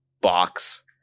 box